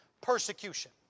persecution